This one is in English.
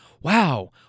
Wow